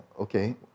Okay